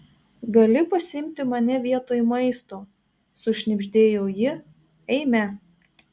gali pasiimti mane vietoj maisto sušnibždėjo ji eime